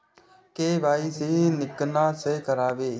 KYC किनका से कराबी?